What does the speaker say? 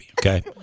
okay